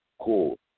Cool